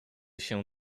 się